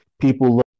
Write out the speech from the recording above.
people